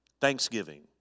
Thanksgiving